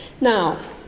Now